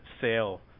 sale